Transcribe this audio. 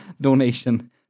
donation